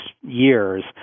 years